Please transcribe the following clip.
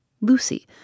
Lucy